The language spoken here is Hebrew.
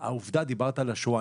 דיברת על השואה,